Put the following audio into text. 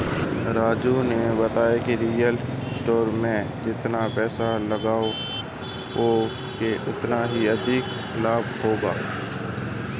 राजू ने बताया real estate में जितना पैसे लगाओगे उतना अधिक लाभ होगा